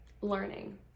learning